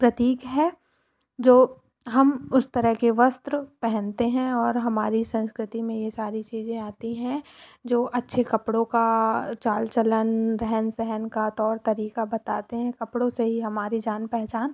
प्रतीक है जो हम उस तरह के वस्त्र पहनते हैं और हमारी संस्कृति में ये सारी चीज़े आती हैं जो अच्छे कपड़ों का चाल चलन रहन सहन का तौर तरीक़ा बताते हैं कपड़ों से ही हमारी जान पहचान